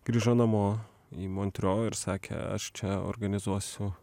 grįžo namo į montro ir sakė aš čia organizuosiu